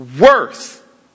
Worth